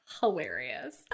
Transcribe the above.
hilarious